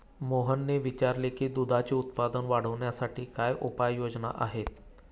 मोहनने विचारले की दुधाचे उत्पादन वाढवण्यासाठी काय उपाय योजना आहेत?